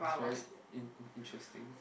it was very in~ interesting